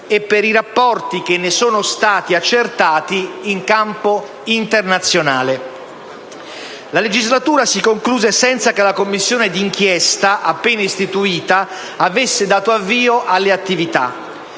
e per i rapporti che ne sono stati accertati in campo internazionale». La legislatura si concluse senza che la Commissione d'inchiesta, appena istituita, avesse dato avvio alle attività.